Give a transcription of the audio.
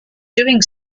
doing